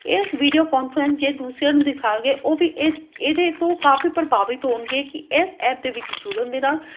ਇਸ video conference ਜੇ ਦੂਸਰਿਆਂ ਨੂੰ ਦਿਖਾਵਾਂਗੇ ਉਹ ਵੀ ਇਹ ਇਹਦੇ ਤੋਂ ਕਾਫੀ ਪ੍ਰਭਾਵਿਤ ਹੋਣਗੇ ਕਿ ਇਸ ਐਪ ਦੇ ਵਿੱਚ ਜੁੜਨ ਦੇ ਨਾਲ